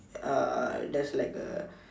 uh there's like a